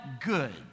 good